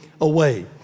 away